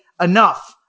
enough